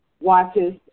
watches